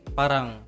parang